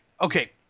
Okay